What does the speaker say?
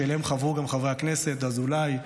שאליהם חברו גם חבר הכנסת אזולאי,